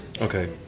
Okay